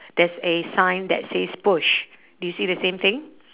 there's a sign that says push do you see the same thing